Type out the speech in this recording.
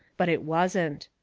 but it wasn't.